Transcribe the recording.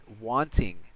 wanting